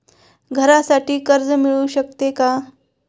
घरासाठी कर्ज मिळू शकते का?